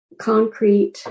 concrete